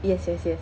yes yes yes